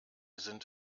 sind